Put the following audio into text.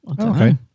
Okay